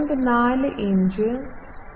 4 inch 1